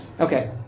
Okay